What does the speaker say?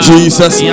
Jesus